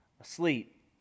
asleep